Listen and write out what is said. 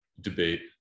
debate